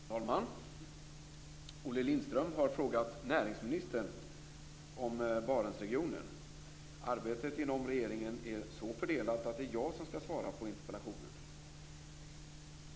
Fru talman! Olle Lindström har frågat näringsministern om Barentsregionen. Arbetet inom regeringen är så fördelat att det är jag som skall svara på interpellationen.